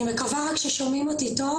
אני מקווה רק ששומעים אותי טוב.